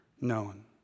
known